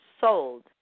sold